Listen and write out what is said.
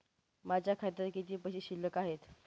माझ्या खात्यात किती पैसे शिल्लक आहेत?